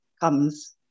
comes